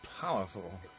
powerful